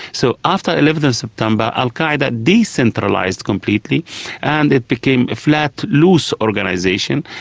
so after eleven ah september al qaeda decentralised completely and it became a flat, loose organisation.